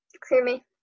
Creamy